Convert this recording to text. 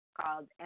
called